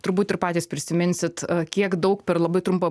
turbūt ir patys prisiminsit kiek daug per labai trumpą